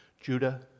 Judah